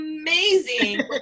Amazing